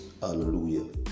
Hallelujah